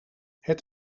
het